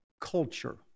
culture